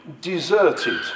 deserted